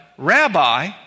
Rabbi